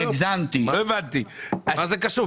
מה זה קשור?